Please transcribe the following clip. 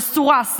מסורס,